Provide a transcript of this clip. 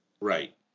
Right